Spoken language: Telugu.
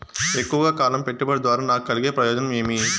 ఎక్కువగా కాలం పెట్టుబడి ద్వారా నాకు కలిగే ప్రయోజనం ఏమి?